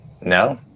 No